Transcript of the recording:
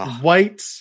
white